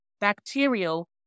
bacterial